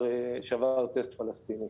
שעבר טסט פלסטיני.